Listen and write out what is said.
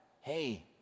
hey